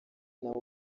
nawe